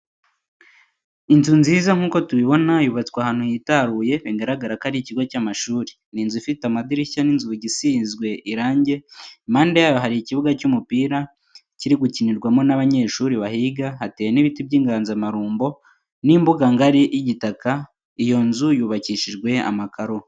Inzu nziza nkuko tubibona yubatswe ahanu hitaruye biragarako Ari ikigo cyamashuri ninzu ifite amadirishya ninzugi isinzwe irange imande yayo hari ikibuga cyumupira kirigukinirwamo naba Nyeshuri bahiga hateye nibiti byinganzamarumbu nimbuga ngari yigitaka uyonzu yubakishijwe amakaro